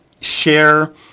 share